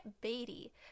Beatty